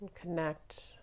Connect